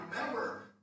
remember